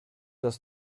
das